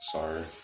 Sorry